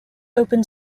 open